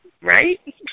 right